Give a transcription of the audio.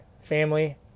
family